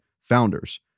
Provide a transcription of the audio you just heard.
founders